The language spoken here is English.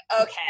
okay